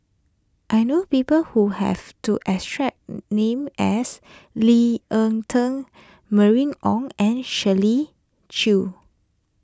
I know people who have to extract name as Lee Ek Tieng Mylene Ong and Shirley Chew